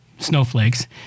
snowflakes